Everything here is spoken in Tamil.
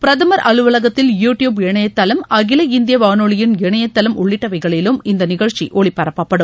பிரதமர் அலுவலுகத்தில் யூ டியூப் இணையதளம் அகில இந்திய வானொலியின் இணையதளம் உள்ளிட்டவைகளிலும் இந்த நிகழ்ச்சி ஒலிபரப்பப்படும்